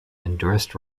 endorsed